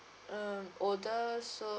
um older so